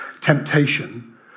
temptation